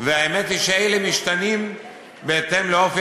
והאמת היא שאלה משתנים בהתאם לאופי